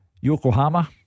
Yokohama